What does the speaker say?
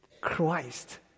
Christ